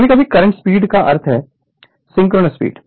कभी कभी constant speed का अर्थ है सिंक्रोनस स्पीड